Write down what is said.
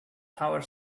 tower